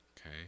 okay